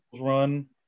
run